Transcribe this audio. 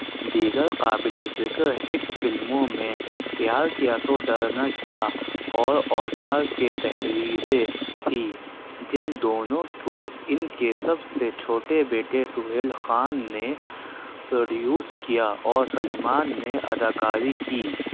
دیگر قابل ذکر ہٹ فلموں میں پیار کیا تو ڈرنا کیا اور اوزار کے تحریریں تھیں جن دونوں کو ان کے سب سے چھوٹے بیٹے سہیل خان نے پروڈیوس کیا اور سلمان نے اداکاری کی